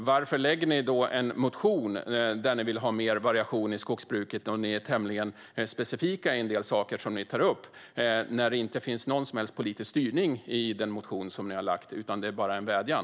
Varför har ni väckt en motion om mer variation i skogsbruket, och ni är tämligen specifika i en del saker som ni tar upp, när det inte finns någon som helst politisk styrning i er motion utan bara en vädjan?